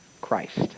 Christ